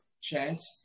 chance